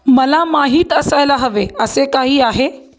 मला माहीत असायला हवे असे काही आहे